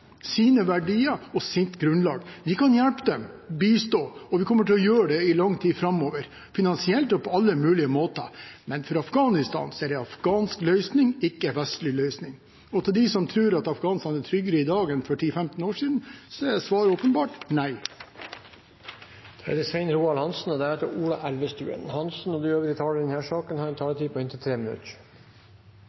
sine verdier og sitt grunnlag. Vi kan hjelpe dem, vi kan bistå, og vi kommer til å gjøre det i lang tid framover, finansielt og på alle mulige måter, men for Afghanistan er det en afghansk løsning, ikke en vestlig løsning, som gjelder. Og til de som tror at Afghanistan er tryggere i dag enn for 10–15 år siden: Svaret er åpenbart: Nei. Det er, som flere har pekt på, ikke vanskelig å finne nedslående sider ved situasjonen i Afghanistan, selv etter alle disse årene med forsøk på